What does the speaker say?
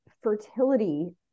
fertility